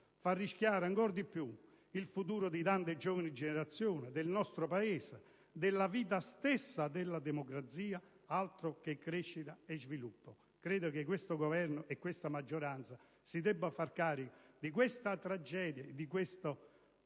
a rischio il futuro di tante giovani generazioni del nostro Paese e la vita stessa della democrazia; altro che crescita e sviluppo! Credo che questo Governo e questa maggioranza si debbano far carico di questa tragedia, di questo